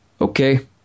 Okay